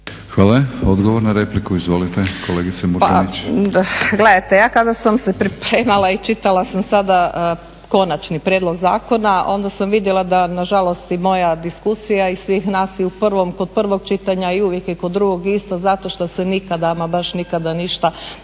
Hvala. Odgovor na repliku, izvolite, kolegice Murganić. **Murganić, Nada (HDZ)** Gledajte, ja kada sam se pripremala i čitala sam sada konačni prijedlog zakona onda sam vidjela da nažalost i moja diskusija i svih nas i kod prvog čitanja i uvijek i kod drugog isto zato što se nikada, ama baš nikada ništa,